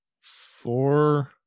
four